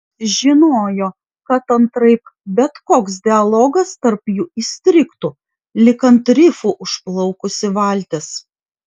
žinojo kad antraip bet koks dialogas tarp jų įstrigtų lyg ant rifų užplaukusi valtis